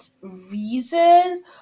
reason